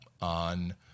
on